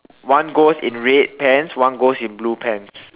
one ghost in red pants one ghost in blue pants